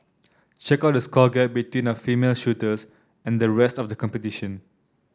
check out the score gap between our female shooters and the rest of the competition